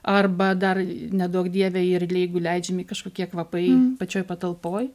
arba dar neduok dieve ir jeigu leidžiami kažkokie kvapai pačioj patalpoj